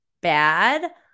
bad